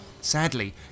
Sadly